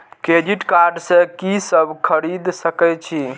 Credit card से की सब खरीद सकें छी?